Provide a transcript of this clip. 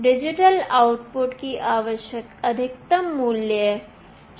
digital output की अधिकतम मूल्य 0 से 1 है